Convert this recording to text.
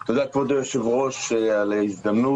תודה, כבוד היושב-ראש, על ההזדמנות.